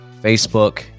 facebook